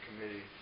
committee